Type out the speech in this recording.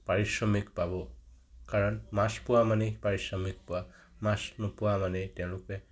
পাৰিশ্ৰমিক পাব কাৰণ মাছ পোৱা মানেই পাৰিশ্ৰমিক পোৱা মাছ নোপোৱা মানেই তেওঁলোকে